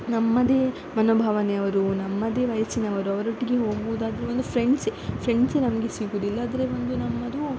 ನಮ್ಮದೇ ಮನೋಭಾವನೆ ಅವರು ನಮ್ಮದೇ ವಯಸ್ಸಿನವರು ಅವರೊಟ್ಟಿಗೆ ಹೋಗುವುದಾದ್ರೆ ಒಂದು ಫ್ರೆಂಡ್ಸ್ ಫ್ರೆಂಡ್ಸೆ ನಮಗೆ ಸಿಗುವುದು ಇಲ್ಲಾದರೆ ಒಂದು ನಮ್ಮದು